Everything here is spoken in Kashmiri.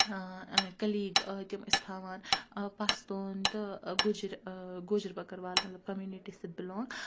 کٔلیٖگ تِم ٲسۍ تھاوان پَستوٗنۍ تہٕ گُجِرۍ گوجر بٔکٕروال مطلب کٔمنِٹی سۭتۍ بِلانٛگ